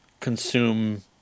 consume